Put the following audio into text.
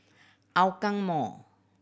Hougang Mall